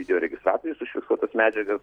video registratoriais užfiksuotas medžiagas